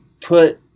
put